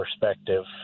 perspective